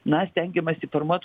na stengiamasi formuot